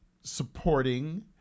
supporting